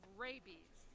rabies